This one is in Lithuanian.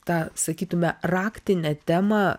tą sakytume raktinę temą